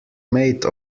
made